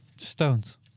stones